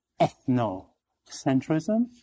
ethnocentrism